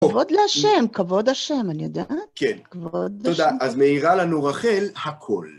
כבוד להשם, כבוד השם, אני יודעת. כן. כבוד השם. תודה. אז מאירה לנו רחל הכול.